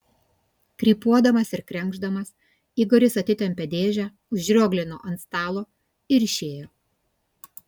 krypuodamas ir krenkšdamas igoris atitempė dėžę užrioglino ant stalo ir išėjo